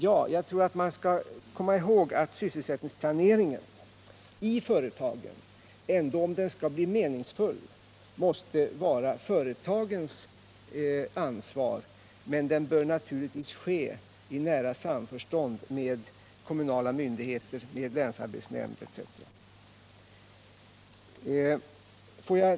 Ja, jag tror att man skall komma ihåg att sysselsättningsplaneringen i företagen, om den skall bli meningsfull, måste vara företagens ansvar, men den bör naturligtvis ske i nära samförstånd med kommunala myndigheter, länsarbetsnämnder etc.